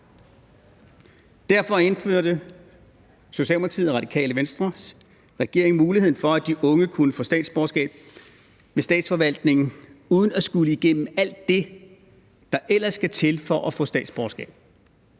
Derfor indførte Socialdemokratiet og Radikale Venstre i regering muligheden for, at de unge kunne få statsborgerskab ved Statsforvaltningen uden at skulle igennem alt det, der ellers skal til for at få statsborgerskab,